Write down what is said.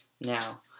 now